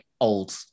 old